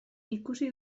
ikusi